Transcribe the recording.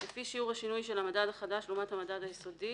לפי שיעור השינוי של המדד החדש לעומת המדד היסודי,